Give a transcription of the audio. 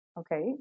Okay